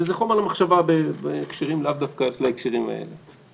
וזה חומר למחשבה לאו דווקא בהקשרים האלה